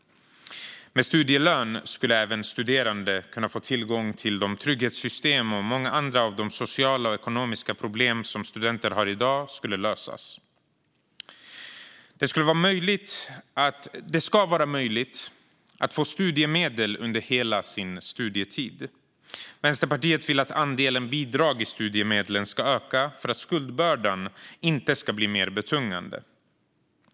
Med studielön skulle även studerande få tillgång till trygghetssystemen, och många av de sociala och ekonomiska problem som studenter har i dag skulle lösas. Det ska vara möjligt att få studiemedel under hela sin studietid. Vänsterpartiet vill att andelen bidrag i studiemedlen ska öka för att skuldbördan inte ska bli mer betungande.